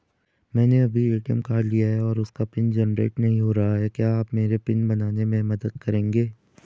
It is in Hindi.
मैंने अभी ए.टी.एम कार्ड लिया है और उसका पिन जेनरेट नहीं हो रहा है क्या आप मेरा पिन बनाने में मदद करेंगे?